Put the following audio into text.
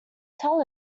tell